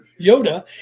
Yoda